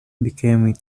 became